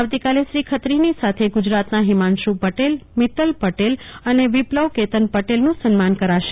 આવતી કાલે શ્રી ખત્રીની સાથે ગુજરાતના હિમાંશુ પટેલ મિત્તલ પટેલ અને વિપ્લવ કેતન પટેલનું સન્માન કરાશે